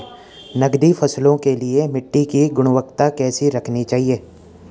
नकदी फसलों के लिए मिट्टी की गुणवत्ता कैसी रखनी चाहिए?